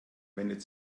wendet